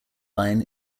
line